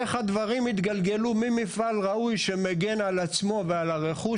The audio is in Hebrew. איך הדברים התגלגלו ממפעל ראוי שמגן על עצמו ועל הרכוש